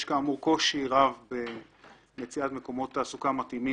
יש כאמור קושי רב במציאת מקומות תעסוקה מתאימים